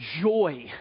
joy